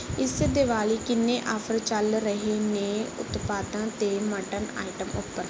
ਇਸ ਦਿਵਾਲੀ ਕਿੰਨੇ ਆਫ਼ਰ ਚੱਲ ਰਹੇ ਨੇ ਉਤਪਾਦਾਂ ਅਤੇ ਮੱਟਨ ਆਈਟਮ ਉੱਪਰ